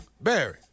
Barry